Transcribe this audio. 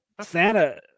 Santa